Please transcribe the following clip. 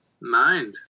mind